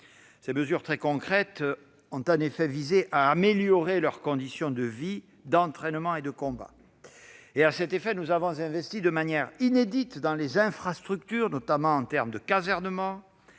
Ces mesures très concrètes visent en effet à améliorer leurs conditions de vie, d'entraînement et de combat. Ainsi, nous avons investi de manière inédite dans les infrastructures, notamment pour ce qui concerne le casernement.